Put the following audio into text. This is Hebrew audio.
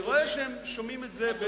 אני רואה שהם שומעים את זה,